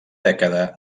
dècada